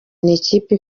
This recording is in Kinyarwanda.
n’ikipe